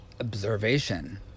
observation